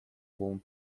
bom